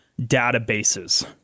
databases